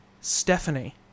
Stephanie